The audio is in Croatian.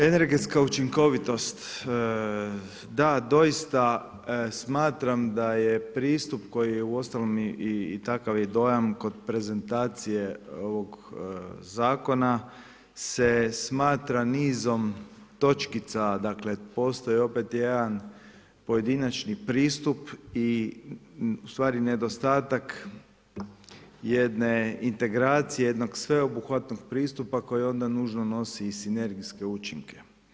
Energetska učinkovitost, da doista smatram da je pristup koji je uostalom i takav dojam kod prezentacije ovog zakona se smatram nizom točkica, dakle postoji opet jedan pojedinačni pristup i ustvari nedostatak jedne integracije jednog sveobuhvatnog pristupa koji onda nužno nosi i sinergijske učinke.